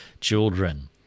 children